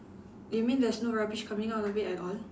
you mean there's no rubbish coming out of it at all